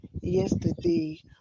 yesterday